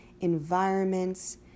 environments